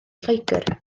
lloegr